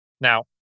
Now